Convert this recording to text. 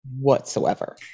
whatsoever